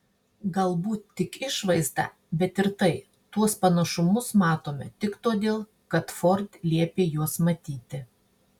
galbūt tik išvaizdą bet ir tai tuos panašumus matome tik todėl kad ford liepė juos matyti